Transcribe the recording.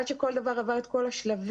עד שכל דבר עבר את כל השלבים,